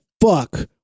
fuck